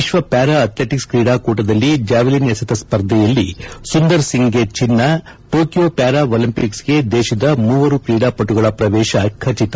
ವಿಶ್ವ ಪ್ಯಾರಾಅಥ್ಲೆಟಿಕ್ಸ್ ಕ್ರೀಡಾಕೂಟದಲ್ಲಿ ಜಾವೆಲಿನ್ ಎಸೆತ ಸ್ವರ್ಧೆಯಲ್ಲಿ ಶ ಸುಂದರ್ಸಿಂಗ್ಗೆ ಚಿನ್ಸ ಟೋಕಿಯೋ ಪ್ಯಾರಾ ಒಲಿಂಪಿಕ್ಸ್ಗೆ ದೇಶದ ಮೂವರು ಕ್ರೀಡಾಪಟುಗಳ ಪ್ರವೇಶ ಖಚಿತ